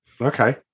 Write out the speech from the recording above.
Okay